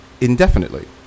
indefinitely